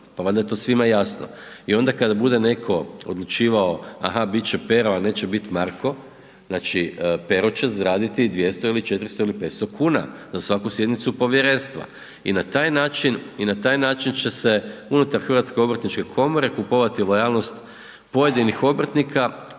pa valjda je to svima jasno. I onda kada bude netko odlučivao a ha, biti će Pero a neće biti Marko, znači Pero će zaraditi 200 ili 400 ili 500 kuna na svaku sjednicu povjerenstva i na taj način, i na taj način će se unutar HGK kupovati lojalnost pojedinih obrtnika